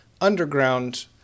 underground